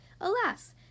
alas